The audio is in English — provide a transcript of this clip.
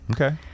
Okay